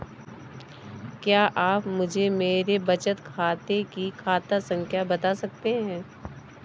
क्या आप मुझे मेरे बचत खाते की खाता संख्या बता सकते हैं?